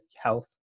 health